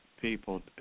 people